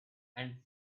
and